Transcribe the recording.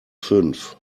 fünf